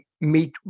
meet